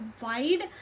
wide